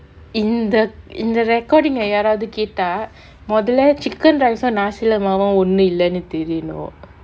in the in the recording ah யாராவது கேட்டா மொதல்ல:yaaravathu ketta modalla chicken rice [one] ah nasi lemak ஒன்னு இல்லனு தெரியனும்:onnu illanu theriyanum